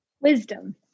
wisdom